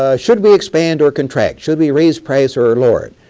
ah should we expand or contract, should we raise price or or lower it,